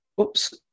Oops